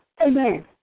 Amen